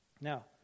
Now